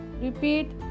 Repeat